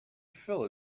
fill